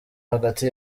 hagati